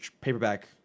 paperback